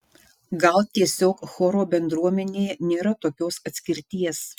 gal tiesiog choro bendruomenėje nėra tokios atskirties